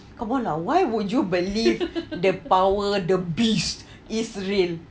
come on lah why would you believe the power the beast is real